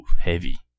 heavy